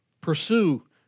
Pursue